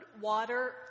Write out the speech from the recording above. water